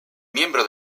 miembro